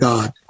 God